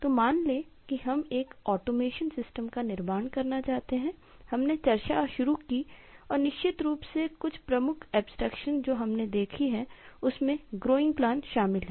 तो मान लें कि हम एक ऑटोमेशन सिस्टम जो हमने देखी हैं उनमें "growing plan" शामिल हैं